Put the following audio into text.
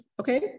Okay